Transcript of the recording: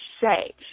say